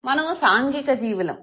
మనము సాంఘిక జీవులం